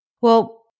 Well-